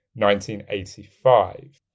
1985